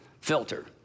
filter